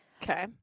Okay